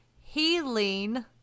healing